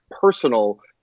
personal